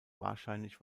wahrscheinlich